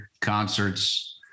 concerts